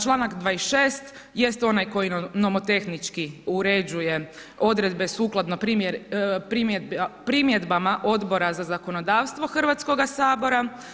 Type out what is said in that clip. Čl. 26. jest onaj koji nomotoehnički uređuje odredbe sukladno primjedbama Odbora za zakonodavstvo Hrvatskoga sabora.